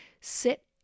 sit